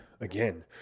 again